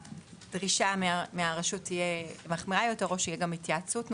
לדרישה מחמירה יותר מהרשות או להתייעצות נוספת.